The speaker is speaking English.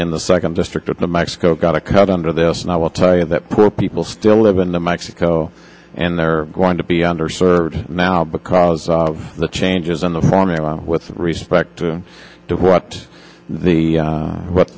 in the second district of the mexico got a cut under this and i will tell you that pro people still live in the mexico and they're going to be under served now because of the changes in the formula with respect to what the what